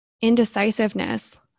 indecisiveness